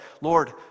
Lord